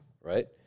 right